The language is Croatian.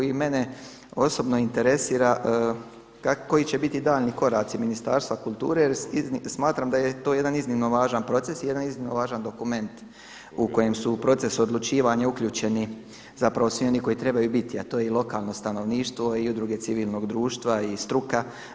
I mene osobno interesira koji će biti daljnji koraci Ministarstva kulture, jer smatram da je to jedan iznimno važan proces, jedan iznimno važan dokument u kojem su u proces odlučivanja uključeni zapravo svi oni koji trebaju biti, a to je i lokalno stanovništvo i udruge civilnog društva i struka.